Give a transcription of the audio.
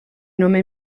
nome